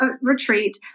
retreat